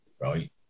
Right